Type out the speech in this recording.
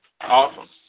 Awesome